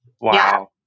Wow